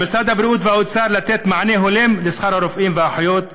על משרד הבריאות והאוצר לתת מענה הולם לשכר הרופאים והאחיות,